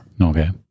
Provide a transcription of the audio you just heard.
Okay